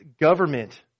government